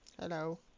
Hello